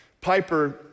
Piper